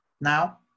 now